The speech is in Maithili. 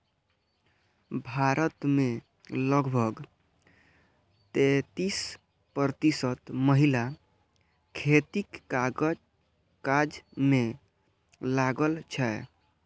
भारत मे लगभग तैंतीस प्रतिशत महिला खेतीक काज मे लागल छै